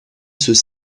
ceux